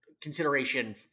consideration